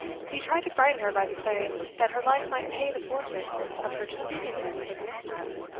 he tried to frighten her by declaring that her life might pay the forfeit of her deceiving him in this matter.